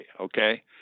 okay